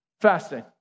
fasting